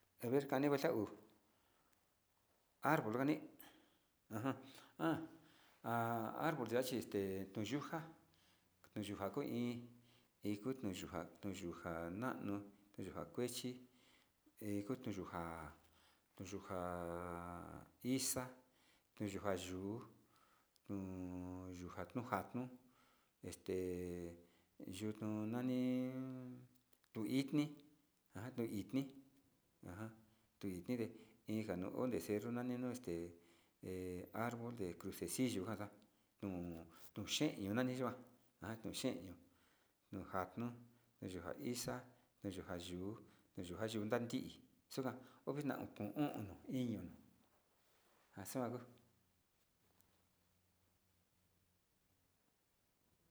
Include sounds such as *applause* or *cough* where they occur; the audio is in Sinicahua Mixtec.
Aver kani vuelta uu arbol ndani ajan ha *hesitation* arbol ya xhixte tuyunjan tuyunjan kuu iin iko tuu yunjan tuu yunjan nano tuu yunjan kuechi he kutu yuu njan tuu yunjan hixa'a tuu yunjan yuu mmm nujan nuu njanu este yutun nani, tuu ini ajan tuu init ha tuitinde ijan no'o olde cerro nano este he arbol de crucesillo njanta nuu nuxhen tu nani yikuan nakoxhe ion nuu njanu deyunja ixa'a ndeyunja uu deyunja yundati yunjan o ita no a o'on no iño na'a axuan.